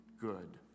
good